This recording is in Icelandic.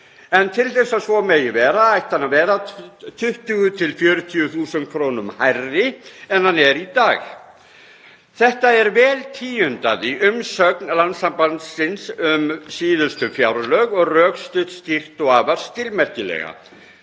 en til að svo megi vera ætti hann að vera 20.000–40.000 kr. hærri en hann er í dag. Þetta er vel tíundað í umsögn landssambandsins um síðustu fjárlög og rökstutt skýrt og afar skilmerkilega.